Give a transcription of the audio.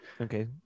Okay